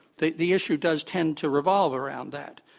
the the issue does tend to revolve around that.